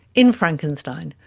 in frankenstein,